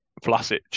Vlasic